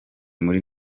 muri